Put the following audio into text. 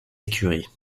écuries